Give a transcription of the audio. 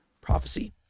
prophecy